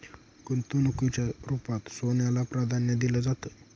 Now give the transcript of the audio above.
गुंतवणुकीच्या रुपात सोन्याला प्राधान्य दिलं जातं